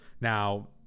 Now